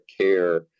care